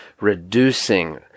reducing